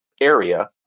area